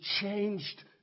changed